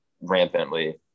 rampantly